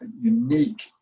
unique